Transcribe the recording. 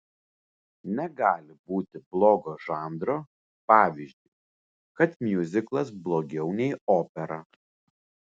negali būti blogo žanro pavyzdžiui kad miuziklas blogiau nei opera